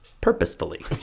Purposefully